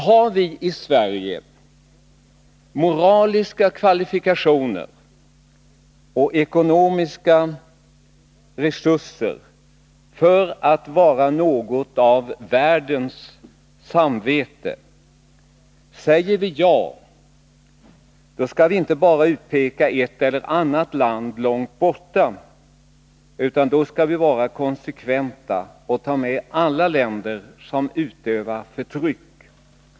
Har vi i Sverige moraliska kvalifikationer och ekonomiska resurser att vara något av världens samvete? Svarar vi ja, då skall vi inte bara utpeka ett eller annat land långt borta, utan då skall vi vara konsekventa och ta med alla länder som utövar förtryck.